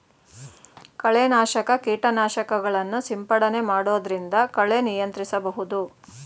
ಕಳೆ ನಾಶಕ ಕೀಟನಾಶಕಗಳನ್ನು ಸಿಂಪಡಣೆ ಮಾಡೊದ್ರಿಂದ ಕಳೆ ನಿಯಂತ್ರಿಸಬಹುದು